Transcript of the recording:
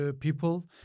people